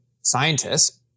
scientists